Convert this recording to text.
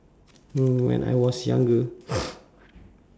mm when I was younger